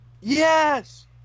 Yes